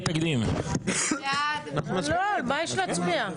לא, על מה יש להצביע?